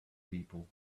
people